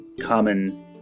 common